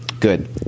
good